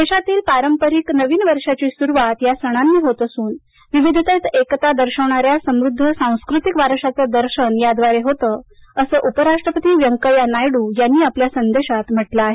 देशातील पारपारिक नवीन वर्षाची सुरुवात या सणांनी होत असून विविधतेत एकता दर्शवणाऱ्या समृद्ध सास्कृतिक वारशाचे दर्शन याद्वारे होते असं उपराष्ट्रपती व्यंकय्या नायडू यांनी आपल्या संदेशात म्हटलं आहे